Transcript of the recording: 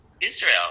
Israel